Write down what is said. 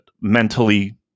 mentally